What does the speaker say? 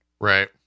Right